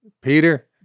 Peter